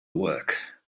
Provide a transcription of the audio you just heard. work